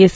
S